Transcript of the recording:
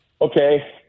okay